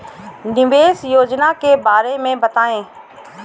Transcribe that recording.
निवेश योजना के बारे में बताएँ?